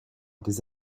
des